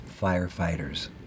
firefighters